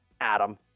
Adam